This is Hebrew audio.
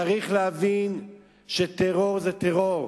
צריך להבין שטרור זה טרור,